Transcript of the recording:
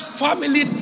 family